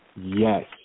Yes